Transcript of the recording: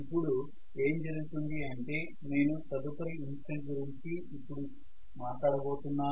ఇపుడు ఏం జరుగుతుంది అంటే నేను తదుపరి ఇన్స్టంట్ గురించి ఇప్పుడు మాట్లాడ బోతున్నాను